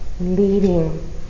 leading